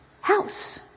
house